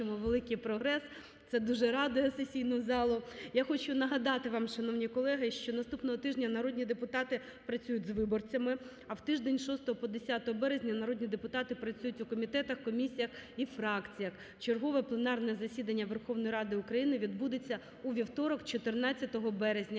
великий прогрес, це дуже радує сесійну залу. Я хочу нагадати вам, шановні колеги, що наступного тижня народні депутати працюють з виборцями, а в тиждень з 6 по 10 березня народні депутати працюють у комітетах, комісіях і фракціях. Чергове пленарне засідання Верховної Ради України відбудеться у вівторок, 14 березня,